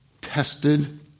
tested